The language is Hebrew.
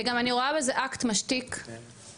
אני גם רואה בזה אקט משתיק פנימי,